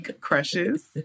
crushes